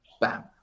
bam